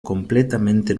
completamente